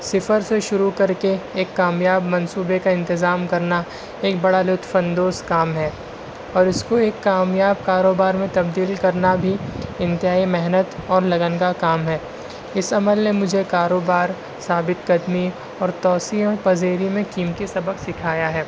صفر سے شروع کر کے ایک کامیاب منصوبے کا انتظام کرنا ایک بڑا لطف اندوز کام ہے اور اس کو ایک کامیاب کاروبار میں تبدیل کرنا بھی انتہائی محنت اور لگن کا کام ہے اس عمل نے مجھے کاروبار ثابت قدمی اور توسیع پذیری میں قیمتی سبق سکھایا ہے